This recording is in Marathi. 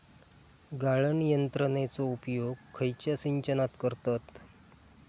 गाळण यंत्रनेचो उपयोग खयच्या सिंचनात करतत?